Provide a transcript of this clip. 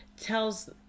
tells